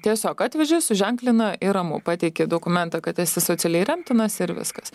tiesiog atveži suženklina ir ramu pateiki dokumentą kad esi socialiai remtinas ir viskas